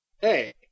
Hey